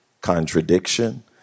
contradiction